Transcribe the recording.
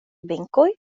benkoj